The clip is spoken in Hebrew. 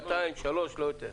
דקתיים-שלוש, לא יותר.